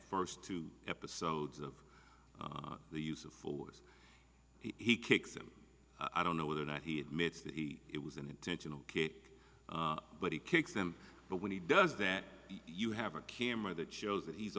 first two episodes of the use of force he kicks him i don't know whether or not he admits that he it was an intentional kick but he kicks them but when he does then you have a camera that shows that he's